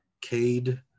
Cade